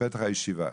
בפתח הישיבה: